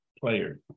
players